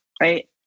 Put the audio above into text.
Right